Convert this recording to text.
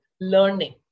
learning